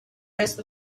rest